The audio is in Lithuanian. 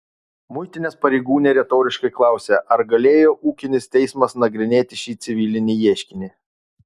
muitinės pareigūnė retoriškai klausia ar galėjo ūkinis teismas nagrinėti šį civilinį ieškinį